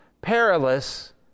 perilous